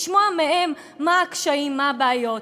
לשמוע מהם מה הקשיים, מה הבעיות.